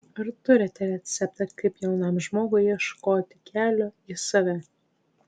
ar turite receptą kaip jaunam žmogui ieškoti kelio į save